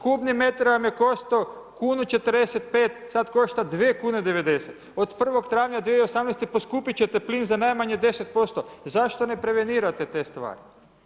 Kubni metar vam je koštao kunu 45, sad košta 2 kune 90. od 1. travnja 2018. poskupit ćete plin za najmanje 10%, zašto ne prevenirate te stvari?